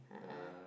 a'ah